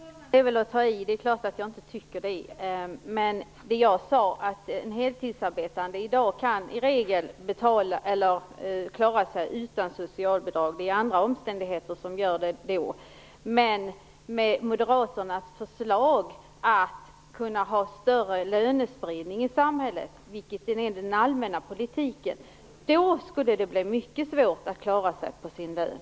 Fru talman! Det är väl att ta i! Det är klart att jag inte tycker det. Vad jag sade var att en heltidsarbetande i dag i regel kan klara sig utan socialbidrag. Annars beror det i så fall på andra omständigheter. Men med Moderaternas förslag till större lönespridning i samhället, vilket är den allmänna politiken, skulle det bli mycket svårt att klara sig på sin lön.